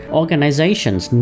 organizations